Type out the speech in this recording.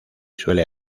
suele